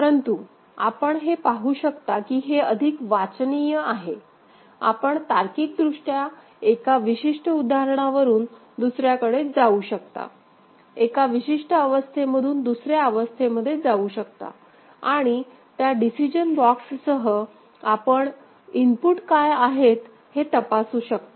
परंतु आपण हे पाहू शकता की हे अधिक वाचनीय आहे आपण तार्किकदृष्ट्या एका विशिष्ट उदाहरणावरून दुसर्याकडे जाऊ शकता एका विशिष्ट अवस्थे मधून दुसऱ्या अवस्थेमध्ये जाऊ शकता आणि त्या डिसिजन बॉक्ससह आपण इनपुट काय आहेत हे तपासू शकता